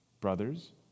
brothers